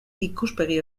ikuspegi